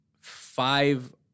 five